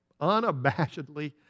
unabashedly